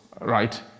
right